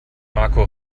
marco